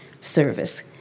service